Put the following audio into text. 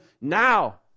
now